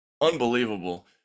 Unbelievable